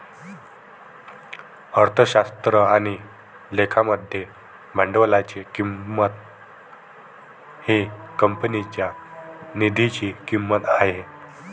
अर्थशास्त्र आणि लेखा मध्ये भांडवलाची किंमत ही कंपनीच्या निधीची किंमत आहे